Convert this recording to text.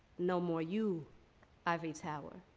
no more you ivory tower.